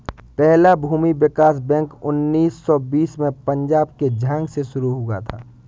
पहला भूमि विकास बैंक उन्नीस सौ बीस में पंजाब के झांग में शुरू हुआ था